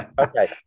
Okay